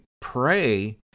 pray